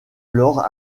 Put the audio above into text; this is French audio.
alors